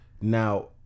Now